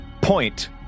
point